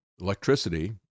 Electricity